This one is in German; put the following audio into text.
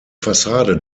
fassade